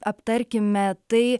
aptarkime tai